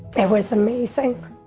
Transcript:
it was amazing